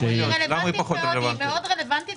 היא רלוונטית מאוד כי